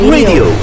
Radio